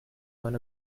want